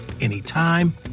anytime